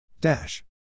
Dash